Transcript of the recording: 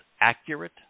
accurate